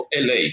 LA